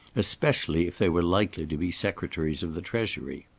especially if they were likely to be secretaries of the treasury.